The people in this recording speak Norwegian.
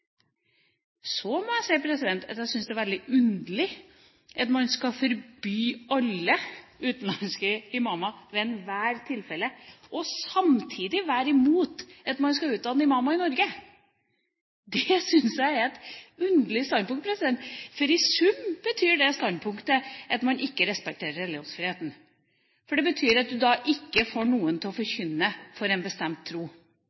Så må jeg si at jeg syns det er veldig underlig at man skal forby alle utenlandske imamer ved ethvert tilfelle og samtidig være imot at man skal utdanne imamer i Norge. Det syns jeg er et underlig standpunkt. I sum betyr det standpunktet at man ikke respekterer religionsfriheten, for det betyr at du da ikke får noen til å forkynne en bestemt tro.